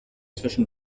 zwischen